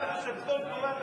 ישנו נושא, אני אקריא את הנושא,